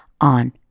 on